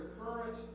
current